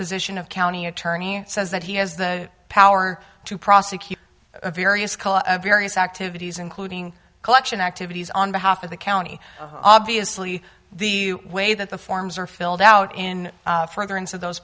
position of county attorney says that he has the power to prosecute various various activities including collection activities on behalf of the county obviously the way that the forms are filled out in furtherance of those